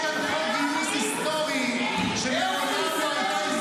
כי יש כאן חוק גיוס היסטורי -- איזה היסטורי?